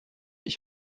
ich